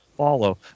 follow